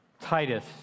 Titus